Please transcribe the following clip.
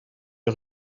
der